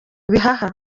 bihaha